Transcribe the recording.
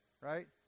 right